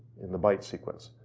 in the byte sequence.